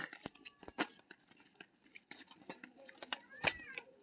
एक व्यक्ति के कोनो चीज जब दोसर व्यक्ति पर बकाया रहै छै, ते ओकरा ऋण कहल जाइ छै